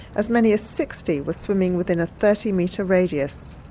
as many as sixty were swimming within a thirty metre radius.